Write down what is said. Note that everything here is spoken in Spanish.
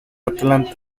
atlanta